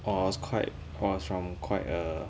orh I was quite I was from quite a